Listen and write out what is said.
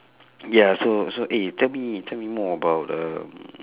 ya so so eh tell me tell me more about um